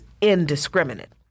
indiscriminate